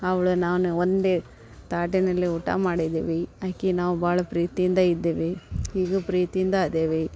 ಅವ್ಳು ನಾನು ಒಂದೇ ತಾಟಿನಲ್ಲಿ ಊಟ ಮಾಡಿದ್ದೀವಿ ಆಕೆ ನಾವು ಭಾಳ ಪ್ರೀತಿಯಿಂದ ಇದ್ದೆವು ಈಗ್ಲೂ ಪ್ರೀತಿಯಿಂದ ಇದೇವೆ